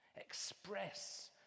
Express